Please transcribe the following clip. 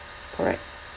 correct